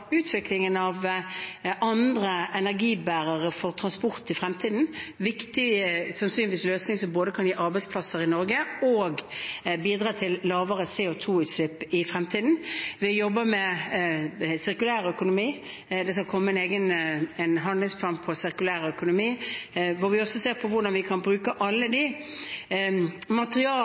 utviklingen av andre energibærere for transport i fremtiden – viktige løsninger som sannsynligvis både kan gi arbeidsplasser i Norge og bidra til lavere CO 2 -utslipp i fremtiden. Vi jobber med sirkulærøkonomi, det skal komme en egen handlingsplan om sirkulærøkonomi hvor vi også ser på hvordan vi kan bruke alle materialer, gjenvinne mye mer og bruke de